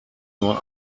nur